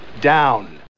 down